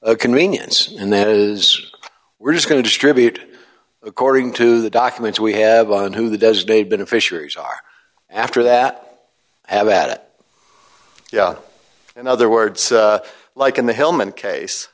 a convenience and that is we're just going to distribute according to the documents we have on who the designated beneficiaries are after that have at yeah in other words like in the hellman case